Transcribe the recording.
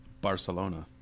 Barcelona